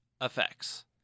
effects